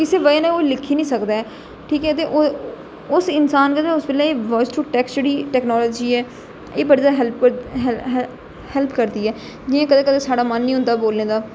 किसे बजह कन्नै ओह् लिक्खी नेई सकदा ऐ ठीक ऐ ते उस इंसान ने उसले बाउइस टू टेक्सट जेहड़ी टेक्नोलाॅजी ऐ एह् बड़ी ज्यादा हैल्प करदी हैल्प करदी ऐ जियां कंदे कंदे साढ़ा मन नेई होंदा बोलने दा